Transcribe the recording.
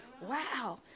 Wow